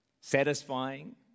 satisfying